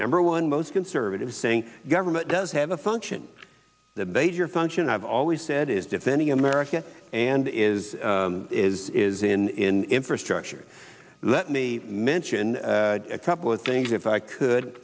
number one most conservatives saying government does have a function the base your function i've always said is defending america and is is is in infrastructure let me mention a couple of things if i could